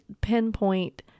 pinpoint